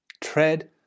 Tread